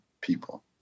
people